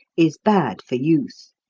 is bad for youth.